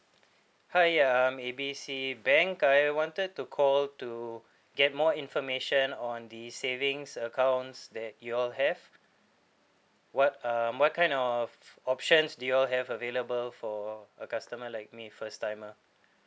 hi um A B C bank I wanted to call to get more information on the savings accounts that you all have what um what kind of options do you all have available for a customer like me first timer